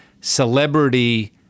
celebrity